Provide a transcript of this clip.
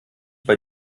bei